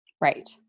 Right